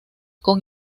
con